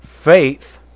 faith